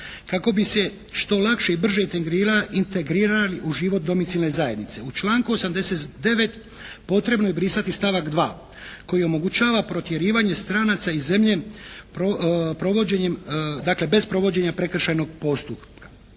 kako bi se što lakše i brže integrirali u život domicilne zajednice. U članku 89. potrebno je brisati stavak 2. koji omogućava protjerivanje stranaca iz zemlje provođenjem, dakle bez provođenja prekršajnog postupka.